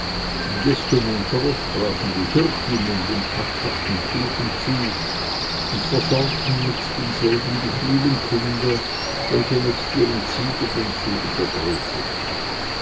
desto munterer sprachen die hirtinnen den schmackhaften kuchen zu und versorgten mit denselben die vielen kinder welche nebst ihren ziegen den zug vergrößerten